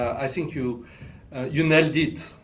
i think you you nailed it.